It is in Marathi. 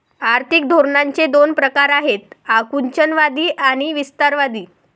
आर्थिक धोरणांचे दोन प्रकार आहेत आकुंचनवादी आणि विस्तारवादी